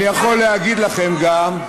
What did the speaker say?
אני יכול להגיד לכם גם,